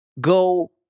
go